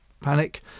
panic